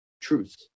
truth